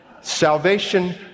Salvation